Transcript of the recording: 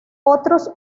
otros